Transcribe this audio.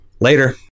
Later